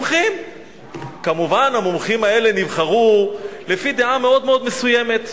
כמובן, המומחים האלה נבחרו על-פי דעה מסוימת מאוד,